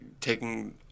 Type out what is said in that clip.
Taking